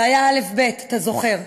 זה היה אל"ף-בי"ת, אתה זוכר.